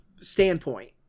standpoint